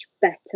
better